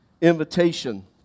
invitation